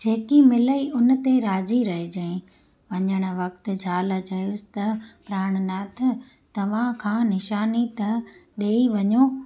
जेकी मिलई हुन ते राज़ी रहजांइ वञणु वक़्ति ज़ाल चयईसि त प्राणनाथ तव्हां काई निशानी त ॾेई वञो